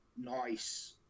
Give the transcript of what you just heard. nice